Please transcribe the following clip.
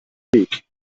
weg